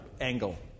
angle